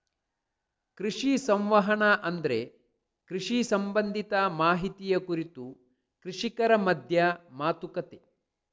ಕೃಷಿ ಸಂವಹನ ಅಂದ್ರೆ ಕೃಷಿ ಸಂಬಂಧಿತ ಮಾಹಿತಿಯ ಕುರಿತು ಕೃಷಿಕರ ಮಧ್ಯ ಮಾತುಕತೆ